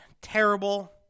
terrible